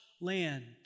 land